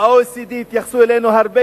ב-OECD יתייחסו אלינו אחרת,